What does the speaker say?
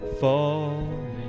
falling